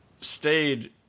stayed